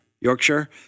Yorkshire